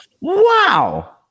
Wow